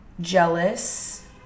jealous